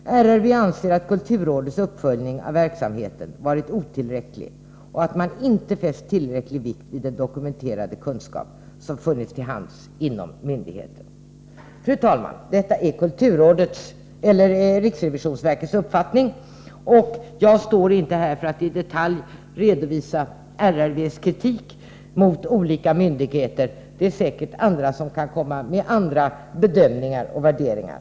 Riksrevisionsverket anser att kulturrådets uppföljning av verksamheten varit otillräcklig och att man inte fäst tillräckligt stor vikt vid den dokumenterade kunskap som funnits till hands inom myndigheten. Fru talman! Detta är riksrevisionsverkets uppfattning. Jag står inte här för att i detalj redovisa RRV:s kritik mot olika myndigheter. Det finns säkert de som kan ge uttryck för andra bedömningar och värderingar.